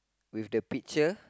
with the picture